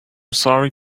sorry